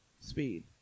Speed